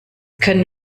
können